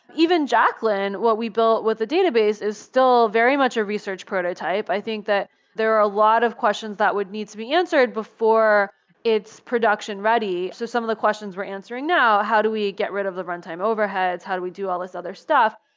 even jacqueline, what we built with the database is still very much a research prototype. i think that there are a lot of questions that would need to be answered before it's production ready. so some of the questions we're answering now how do we get rid of the runtime overheads? how do we do all these other stuff?